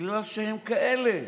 בגלל שהם כאלה,